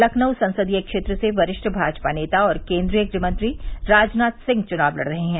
लखनऊ संसदीय क्षेत्र से वरिष्ठ भाजपा नेता और केन्द्रीय गृहमंत्री राजनाथ सिंह चुनाव लड़ रहे हैं